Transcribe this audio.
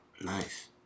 Nice